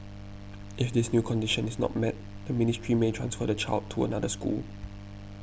if this new condition is not met the ministry may transfer the child to another school